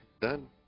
Done